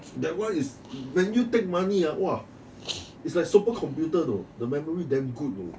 that one is when you take money ah !wah! it's like super computer you know the memory damn good know